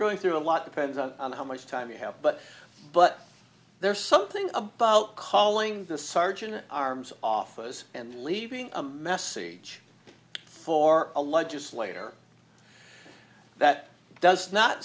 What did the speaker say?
going through a lot depends on how much time you have but but there's something about calling the sergeant at arms office and leaving a message for a legislator that does not